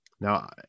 Now